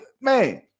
man